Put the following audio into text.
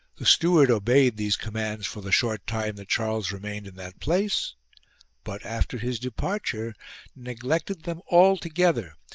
the steward obeyed these com mands for the short time that charles remained in that place but after his departure neglected them altogether,